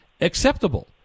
acceptable